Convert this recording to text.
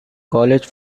college